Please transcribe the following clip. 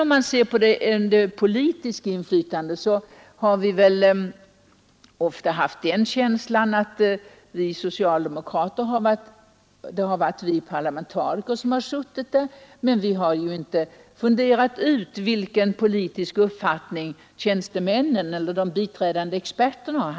Om man sedan ser till det politiska inflytandet har vi ofta haft den känslan att det från socialdemokratiskt håll har varit parlamentarikerna som suttit i utredningarna, men vi har inte funderat ut vilken politisk uppfattning tjänstemännen eller de biträdande experterna haft.